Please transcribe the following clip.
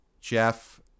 Jeff